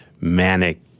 manic